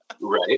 Right